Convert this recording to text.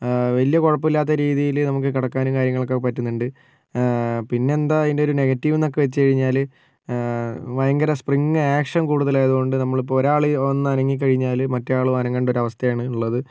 വലിയ കുഴപ്പമില്ലാത്ത രീതിയിൽ നമുക്ക് കിടക്കാൻ കാര്യങ്ങളൊക്കെ പറ്റുന്നുണ്ട് ആ പിന്നെന്താ അതിൻറെ ഒരു നെഗറ്റീവ്ന്നൊക്കെ വെച്ചു കഴിഞ്ഞാൽ ഭയങ്കര സ്പ്രിംഗ് ആക്ഷൻ കൂടുതലായതുകൊണ്ട് നമ്മളിപ്പോൾ ഒരാൾ ഒന്നനങ്ങി കഴിഞ്ഞാൽ മറ്റേയാളും അനങ്ങണ്ട ഒരവസ്ഥയാണ് ഉള്ളത്